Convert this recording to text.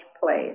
place